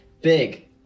Big